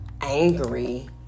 angry